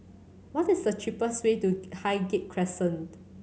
what is the cheapest way to Highgate Crescent